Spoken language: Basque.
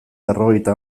berrogeita